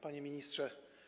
Panie Ministrze!